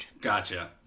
Gotcha